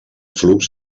flux